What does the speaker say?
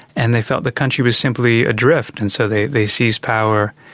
and they felt the country was simply adrift, and so they they seized power.